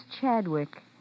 Chadwick